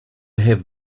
have